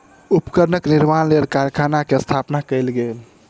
उपकरण निर्माणक लेल कारखाना के स्थापना कयल गेल